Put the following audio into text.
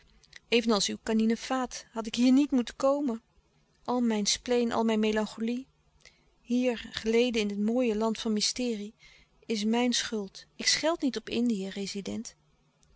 evenals uw kaninefaat had ik hier niet moeten komen al mijn spleen al mijn melancholie hier louis couperus de stille kracht geleden in dit mooie land van mysterie is mijn schuld ik scheld niet op indië rezident